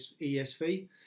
ESV